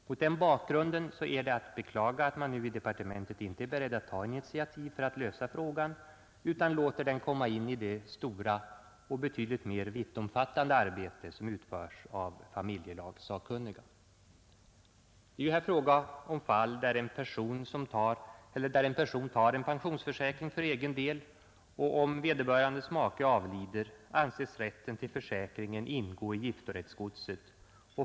Mot den bakgrunden är det att beklaga att man nu i departementet inte är beredd att ta initiativ för att lösa frågan utan låter den komma in i det stora och betydligt mer vittomfattande arbete som utförs av familjelagssakkunniga. Det är ju här fråga om fall där en person tar en pensionsförsäkring för egen del, och om vederbörandes make avlider anses rätten till försäkringen ingå i giftorättsgodset.